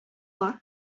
бар